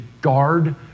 guard